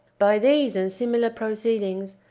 by these and similar proceedings,